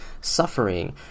suffering